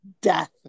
death